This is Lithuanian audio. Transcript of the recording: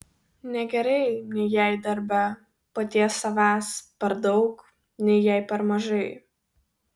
negerai nei jei darbe paties savęs per daug nei jei per mažai